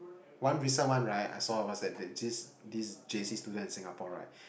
one recent one right I saw was that this this J_C student in Singapore right